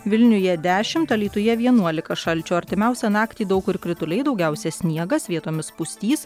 vilniuje dešimt alytuje vienuolika šalčio artimiausią naktį daug kur krituliai daugiausia sniegas vietomis pustys